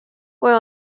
were